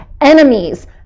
enemies